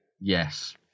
Yes